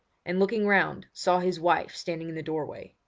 and looking round, saw his wife standing in the doorway.